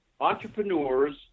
entrepreneurs